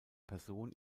person